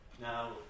Now